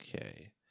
Okay